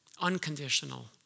unconditional